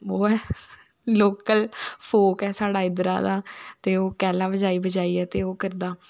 ओह् ऐ local folk ऐ साढ़े इधरा दा ते ओह् कैह्ला बजाई बजाई ओह् करदा